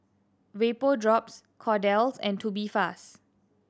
Vapodrops Kordel's and Tubifast